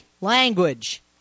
language